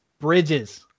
Bridges